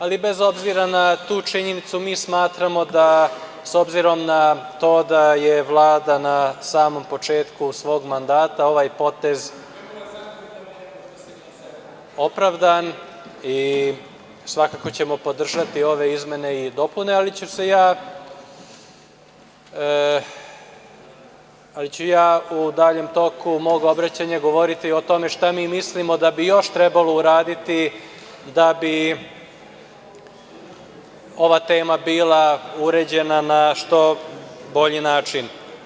Ali, bez obzira na tu činjenicu, mi smatramo da je, s obzirom na to da je Vlada na samom početku svog mandata, ovaj potez opravdan i svakako ćemo podržati ove izmene i dopune, ali ću ja u daljem toku mog obraćanja govoriti o tome šta mi mislimo da bi još trebalo uraditi da bi ova tema bila uređena na što bolji način.